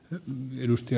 hän edusti